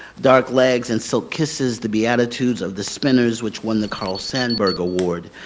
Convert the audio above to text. dark legs and silk kisses the beatitudes of the spinners, which won the carl sandburg award.